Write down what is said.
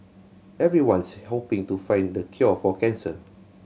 everyone's hoping to find the cure for cancer